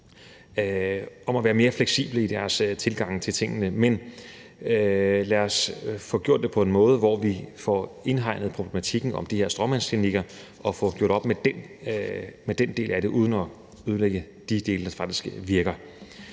for at være mere fleksible i deres tilgang til tingene. Men lad os få gjort det på en måde, hvor vi får indhegnet problematikken om de her stråmandsklinikker og får gjort op med den del af det uden at ødelægge de dele, der faktisk virker.